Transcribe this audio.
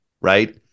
right